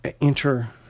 enter